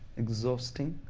exhausting,